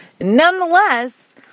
nonetheless